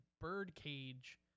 birdcage